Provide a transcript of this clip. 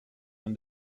when